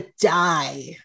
die